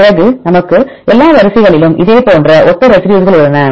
பிறகு நமக்கு எல்லா வரிசைகளிலும் இதேபோன்ற ஒத்த ரெசிடியூஸ்கள் உள்ளன